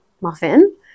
muffin